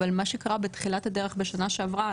אבל מה שקרה בתחילת הדרך בשנה שעברה,